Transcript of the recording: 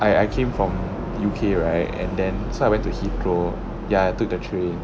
I I came from U_K right and then so I went to heathrow ya I took the train